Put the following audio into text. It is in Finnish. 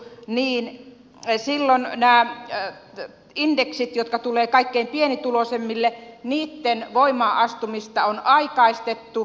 muun muassa silloin kun alvia on korotettu näitten indeksien jotka tulevat kaikkein pienituloisimmille voimaan astumista on aikaistettu